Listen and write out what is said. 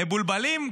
מבולבלים?